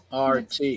RT